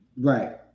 Right